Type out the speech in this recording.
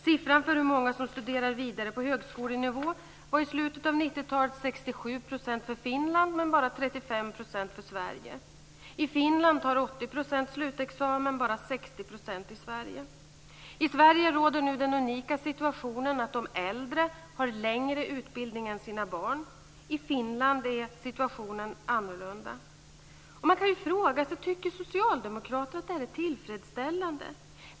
Siffran för hur många som studerar vidare på högskolenivå var i slutet av 90-talet 67 % för Finland men bara 35 % för Sverige. I Finland tar 80 % slutexamen mot bara 60 % i Sverige. I Sverige råder nu den unika situationen att de äldre har längre utbildning än sina barn. I Finland är situationen annorlunda. Man kan fråga sig om Socialdemokraterna tycker att detta är tillfredsställande.